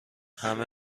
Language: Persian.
همه